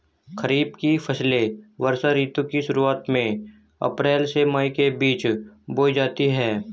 खरीफ की फसलें वर्षा ऋतु की शुरुआत में अप्रैल से मई के बीच बोई जाती हैं